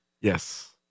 Yes